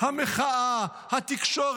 תסלחו